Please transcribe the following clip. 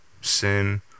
sin